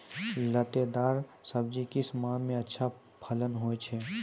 लतेदार दार सब्जी किस माह मे अच्छा फलन होय छै?